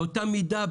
באותה מידה,